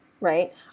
right